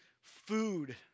food